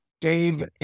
Dave